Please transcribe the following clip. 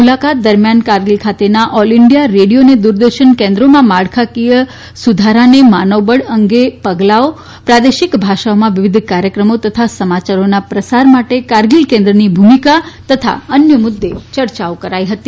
મુલાકાત દરમ્યાન કારગીલ ખાતેના ઓલ ઇન્ડિયા રેડીયો અને દૂરદર્શન કેન્દ્રોમાં માળખાકીય સુધારા અંગે પગલા પ્રાદેશિક ભાષાઓમાં વિવિધ કાર્યક્રમો તથા સમાચારોના પ્રસાર માટે કારગિલ કેન્દ્રની ભૂમિકા તથા અન્ય મુદ્દે ચર્ચાઓ કરાઇ હતી